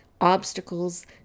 obstacles